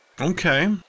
Okay